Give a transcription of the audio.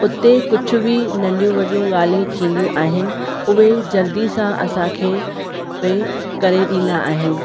उते कुझु बि नंढियूं वॾियूं ॻाल्हियूं थींदियूं आहिनि खे उहे जल्दी सां असांखे उहे करे ॾींदा आहिनि